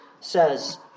says